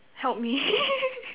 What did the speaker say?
help me